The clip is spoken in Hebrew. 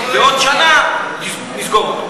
ועוד שנה נסגור.